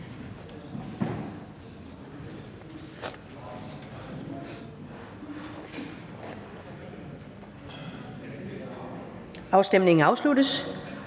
her ordentligt.